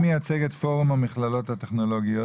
מי מייצג את פורום המכללות הטכנולוגיות?